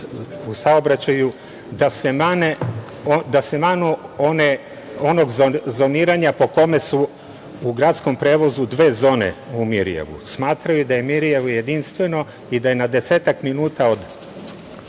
u saobraćaju da se manu onog zoniranja po kome su u gradskom prevozu dve zone u Mirijevu. Smatraju da je Mirijevo jedinstveno i da je na desetak minuta od